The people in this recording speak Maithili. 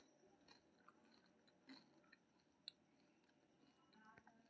भेड़ पालन एकटा लाभदायक व्यवसाय छियै